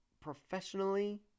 Professionally